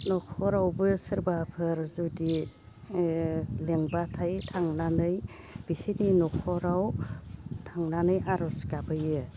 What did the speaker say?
न'खरावबो सोरबाफोर जुदि लिंबाथाय थांनानै बिसोरनि न'खराव थांनानै आरज गाबहैयो